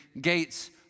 gates